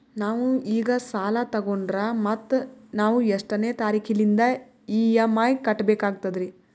ನಾವು ಈಗ ಸಾಲ ತೊಗೊಂಡ್ರ ಮತ್ತ ನಾವು ಎಷ್ಟನೆ ತಾರೀಖಿಲಿಂದ ಇ.ಎಂ.ಐ ಕಟ್ಬಕಾಗ್ತದ್ರೀ?